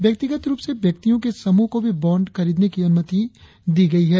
व्यक्तिगत रुप के अनुसार व्यक्तियों के समूह को भी बाँड खरीदने की अनुमति दी गई है